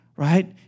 Right